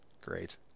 great